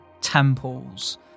temples